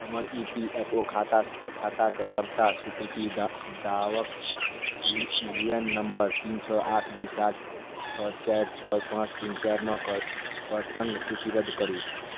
हमर E P F O खाता खाताक सबटा स्वीकृति दा दावक यू एन नम्बर तीन छओ आठ दू सात छओ चारि छओ पाँच तीन चारि नओ के संग सूचीबद्ध करु